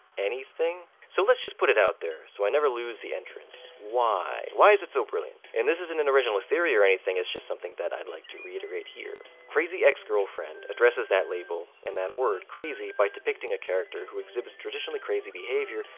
anything. so let's just put it out there, so i never lose the entrance why? why is it so brilliant? and this isn't an original theory or anything, it's just something that i'd like to reiterate here. crazy ex-girlfriend addresses that label, and that word, crazy, by depicting a character who exhibits traditionally crazy behavior,